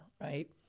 right